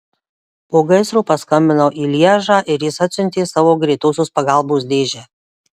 po gaisro paskambinau į lježą ir jis atsiuntė savo greitosios pagalbos dėžę